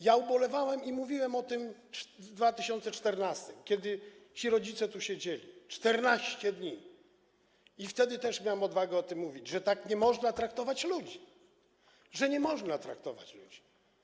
Ja ubolewałem nad tym i mówiłem o tym w 2014 r., kiedy ci rodzice tu siedzieli 14 dni - i wtedy też miałem odwagę o tym mówić - że tak nie można traktować ludzi, że nie można tak traktować ludzi.